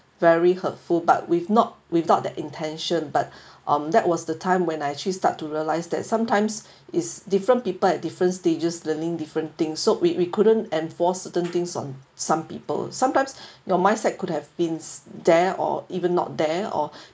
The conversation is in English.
very hurtful but we've not without the intention but um that was the time when I actually start to realise that sometimes it's different people at different stages learning different things so we we couldn't enforce certain things on some people sometimes your mindset could have been s~ there or even not there or